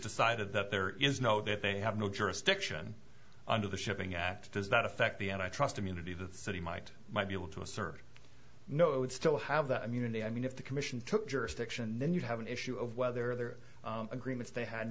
decided that there is no that they have no jurisdiction under the shipping at does not affect the and i trust immunity that the city might might be able to assert no it would still have that immunity i mean if the commission took jurisdiction then you have an issue of whether there are agreements they had